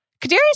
Kadarius